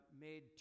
made